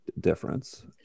difference